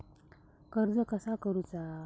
कर्ज कसा करूचा?